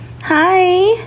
Hi